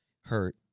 hurt